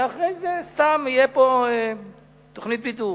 ואחרי זה סתם, תהיה פה תוכנית בידור.